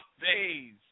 days